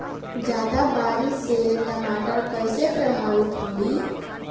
ज्यादा बारिस से टमाटर कइसे प्रभावित होयी?